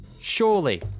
Surely